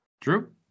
True